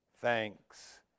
thanks